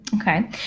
Okay